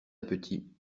petit